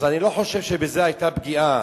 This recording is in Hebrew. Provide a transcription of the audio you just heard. אז אני לא חושב שבזה היתה פגיעה,